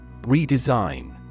Redesign